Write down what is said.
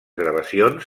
gravacions